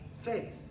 faith